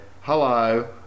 Hello